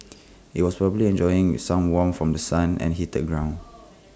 IT was probably enjoying some warmth from The Sun and heated ground